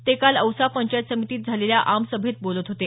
ते काल औसा पंचायत समितीत झालेल्या आमसभेत बोलत होते